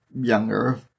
younger